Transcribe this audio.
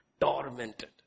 Tormented